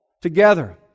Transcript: together